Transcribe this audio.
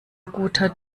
guter